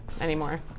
anymore